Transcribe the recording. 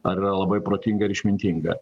ar yra labai protinga ir išmintinga